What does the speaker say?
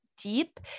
deep